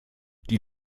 die